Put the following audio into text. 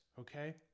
okay